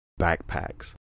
backpacks